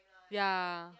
ya